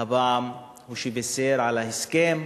הפעם הוא שבישר על ההסכם,